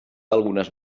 algunes